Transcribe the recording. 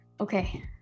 okay